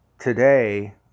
Today